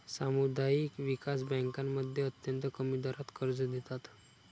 सामुदायिक विकास बँकांमध्ये अत्यंत कमी दरात कर्ज देतात